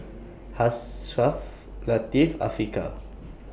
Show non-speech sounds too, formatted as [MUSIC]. [NOISE] Hafsa Latif and Afiqah